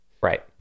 Right